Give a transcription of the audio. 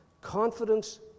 confidence